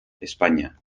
españa